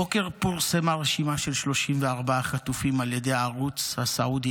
הבוקר פורסמה על ידי הערוץ הסעודי